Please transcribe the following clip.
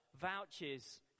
vouches